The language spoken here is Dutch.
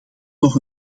nog